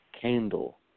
candle